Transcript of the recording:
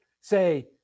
say